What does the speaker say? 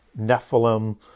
Nephilim